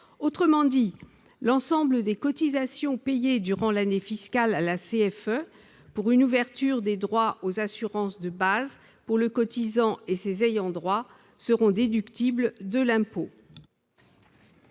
Autrement dit, l'ensemble des cotisations payées durant l'année fiscale à la CFE pour une ouverture de droits aux assurances de base pour le cotisant et ses ayants droit seront déductibles de l'impôt.